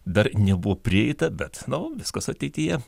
dar nebuvo prieita bet nu viskas ateityje